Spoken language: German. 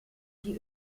die